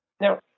Now